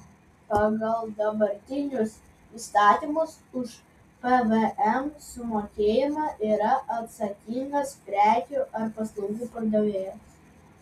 pagal dabartinius įstatymus už pvm sumokėjimą yra atsakingas prekių ar paslaugų pardavėjas